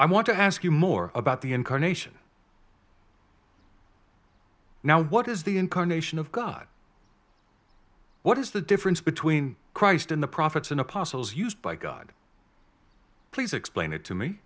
i want to ask you more about the incarnation now what is the incarnation of god what is the difference between christ and the prophets and apostles used by god please explain it to me